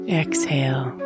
exhale